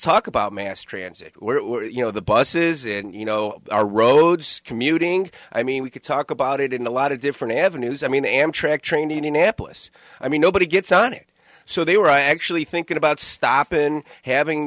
talk about mass transit you know the buses and you know our roads commuting i mean we could talk about it in a lot of different avenues i mean the amtrak train you know i mean nobody gets on it so they were actually thinking about stop and having